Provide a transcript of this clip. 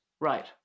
Right